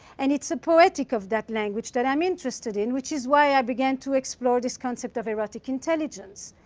and it's the poetic of that language that i'm interested in, which is why i began to explore this concept of erotic intelligence.